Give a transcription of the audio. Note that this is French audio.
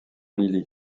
lily